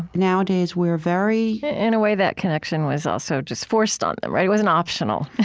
nowadays, we're very, in a way, that connection was also just forced on them, right? it wasn't optional.